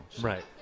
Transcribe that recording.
Right